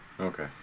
Okay